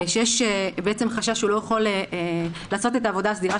שיש בעצם חשש שהוא לא יכול לעשות את העבודה הסדירה